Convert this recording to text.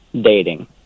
dating